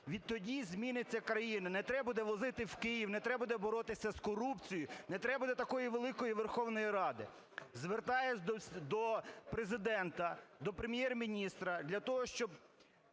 відтоді зміниться країна, не треба буде возити в Київ, не треба буде боротися з корупцією, не треба буде такої великої Верховної Ради. Звертаюся до Президента, до Прем'єр-міністра для того, щоб